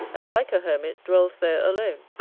and, like a hermit, dwells there alone,